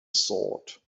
sort